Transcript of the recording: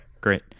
great